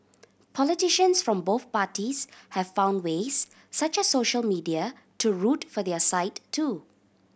politicians from both parties have found ways such as social media to root for their side too